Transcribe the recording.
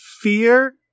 fear